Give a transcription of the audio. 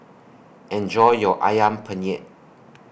Enjoy your Ayam Penyet